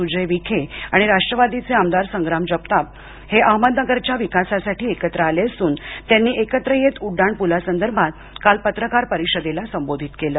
सुजय विखे आणि राष्ट्रवादीचे आमदार संग्राम जगताप हे अहमदनगरच्या विकासासाठी एकत्र आले असून त्यांनी एकत्र येत उड्डाण पूलासंदर्भात काल पत्रकार परिषदेला संबोधित केलं